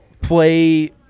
play